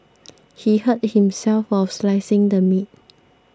he hurt himself while slicing the meat